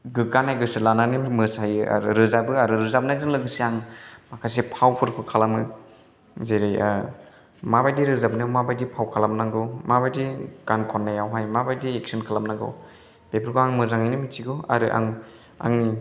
गोग्गानाय गोसो लानानै मोसायो आरो रोजाबो आरो रोजाबनायजों लोगोसे आं माखासे फावफोरखौ खालामो जेरै माबायदि रोजाबनायाव माबायदि फाव खालामनांगौ माबायदि गान खननायावहाय माबायदि एक्सन खालामनांगौ बेफोरखौ आं मोजाङैनो मिथिगौ आरो आं आंनि